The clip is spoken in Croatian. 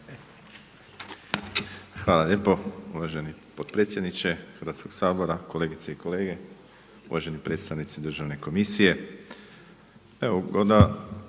Hvala lijepo uvaženi potpredsjedniče Hrvatskog sabora, kolegice i kolege, uvaženi predstavnici Državne komisije. Evo da